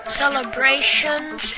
celebrations